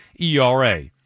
ERA